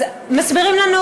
אז מסבירים לנו,